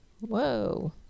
Whoa